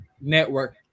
network